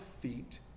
feet